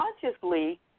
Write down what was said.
Consciously